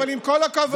אבל עם כל הכבוד,